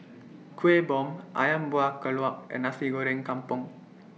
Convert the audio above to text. Kueh Bom Ayam Buah Keluak and Nasi Goreng Kampung